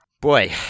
Boy